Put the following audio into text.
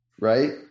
right